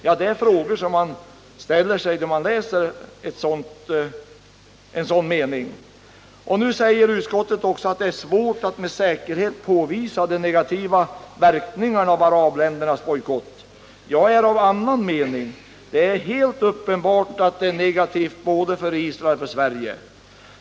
Ja, detta är frågor som man ställer sig när man läser en sådan mening. Nu säger utskottet också att det är svårt att med säkerhet påvisa de negativa verkningarna av arabländernas bojkott. Jag är av en annan mening; jag anser det helt uppenbart att bojkotten är negativ både för Israel och för Sverige.